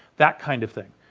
that kind of thing.